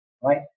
right